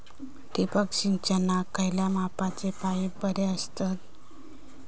ठिबक सिंचनाक खयल्या मापाचे पाईप बरे असतत?